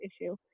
issue